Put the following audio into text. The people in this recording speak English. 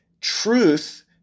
truth